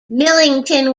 millington